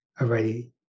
already